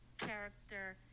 character